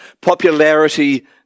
popularity